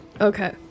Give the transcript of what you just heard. Okay